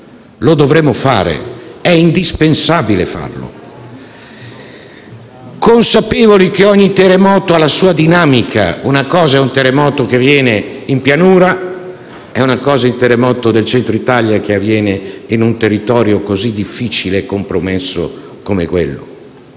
Lo dovremmo fare; è indispensabile farlo. Consapevoli del fatto che ogni terremoto ha la sua dinamica: una cosa è un terremoto che avviene in pianura ed una cosa è il terremoto del Centro Italia, che avviene in un territorio difficile e già compromesso.